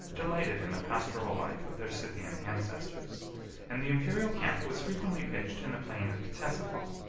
delighted in the pastoral life of their scythian ancestors and the imperial camp was frequently pitched in the plain of ctesiphon,